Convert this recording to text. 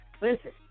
Listen